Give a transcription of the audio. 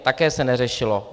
Také se neřešilo.